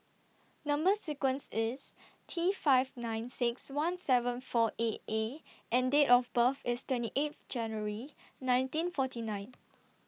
Number sequence IS T five nine six one seven four eight A and Date of birth IS twenty eighth January nineteen forty nine